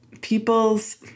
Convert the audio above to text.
people's